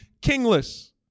kingless